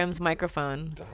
microphone